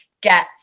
get